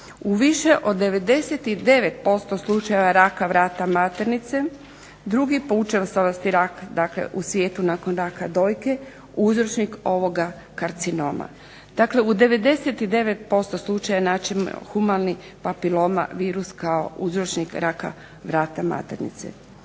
u više od 99% slučajeva raka vrata maternice, drugi po učestalosti rak dakle u svijetu nakon raka dojke uzročnik ovoga karcinoma. Dakle, u 99% slučajeva znači humani papiloma virus kao uzročnik raka vrata maternice.